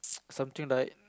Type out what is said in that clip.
something like